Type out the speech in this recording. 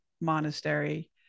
monastery